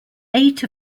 eight